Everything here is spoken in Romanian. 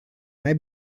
mai